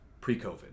pre-COVID